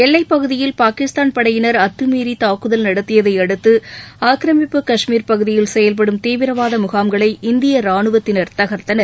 எல்லைப்பகுதியில் பாக்கிஸ்தான் படையினர் அத்துமீறி தாக்குதல் நடத்தியதையடுத்து ஆக்கிரமிப்பு காஷ்மீர் பகுதியில் செயல்படும் தீவிரவாத முகாம்களை இந்திய ரானுவத்தினர் தகர்த்தனர்